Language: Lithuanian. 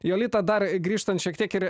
jolita dar grįžtant šiek tiek ir